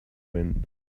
wind